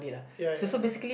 ya ya ya